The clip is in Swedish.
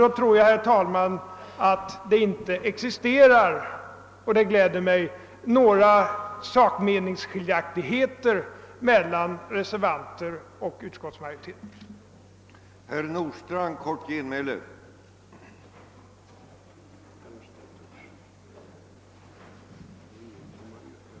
Då tror jag, herr talman, att det inte existerar några meningsskiljaktigheter i sak mellan reservanterna och utskottsmajoriteten, och det gläder mig.